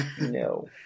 No